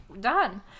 done